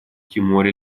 тиморе